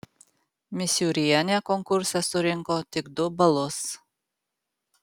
misiūrienė konkurse surinko tik du balus